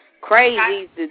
crazy